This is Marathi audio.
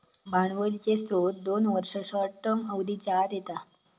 भांडवलीचे स्त्रोत दोन वर्ष, शॉर्ट टर्म अवधीच्या आत येता